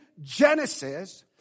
Genesis